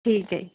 ਠੀਕ ਹੈ